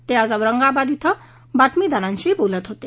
ते आज औरंगाबाद इथं बातमीदारांशी बोलत होते